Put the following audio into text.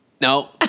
no